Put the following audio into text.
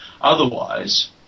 Otherwise